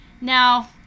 Now